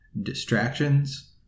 distractions